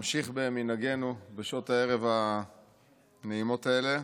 נמשיך במנהגנו בשעות הערב הנעימות האלה,